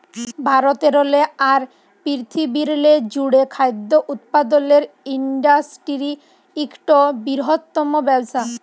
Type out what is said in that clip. ভারতেরলে আর পিরথিবিরলে জ্যুড়ে খাদ্য উৎপাদলের ইন্ডাসটিরি ইকট বিরহত্তম ব্যবসা